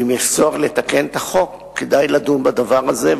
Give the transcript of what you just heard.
ואם יש צורך לתקן את החוק כדאי לדון בדבר הזה,